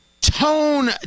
tone